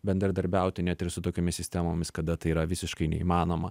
bendradarbiauti net ir su tokiomis sistemomis kada tai yra visiškai neįmanoma